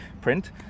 print